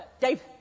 Dave